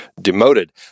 demoted